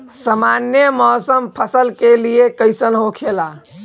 सामान्य मौसम फसल के लिए कईसन होखेला?